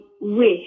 wish